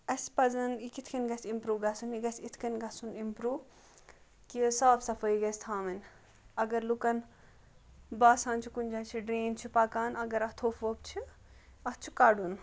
اَسہِ پَزَن یہِ کِتھٕ کٔنۍ گَژھِ اِمپروٗ گژھُن یہِ گژھِ یِتھٕ کٔنۍ گَژھُن اِمپروٗ کہِ صاف صَفٲیی گَژھِ تھاوٕنۍ اگر لُکَن باسان چھِ کُنہِ جایہِ چھِ ڈرٛین چھِ پَکان اگر اَتھ تھوٚپھ ووٚپھ چھِ اَتھ چھُ کَڈُن